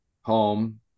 home